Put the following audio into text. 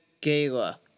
gala